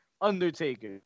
Undertaker